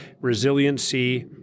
resiliency